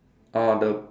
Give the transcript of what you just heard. uh the